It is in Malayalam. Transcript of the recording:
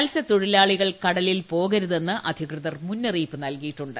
മത്സ്യത്തൊഴിലാളികൾ കടലിൽ പോകരുതെന്ന് അധികൃതർ മുന്നറിയിപ്പ് നൽകിയിട്ടുണ്ട്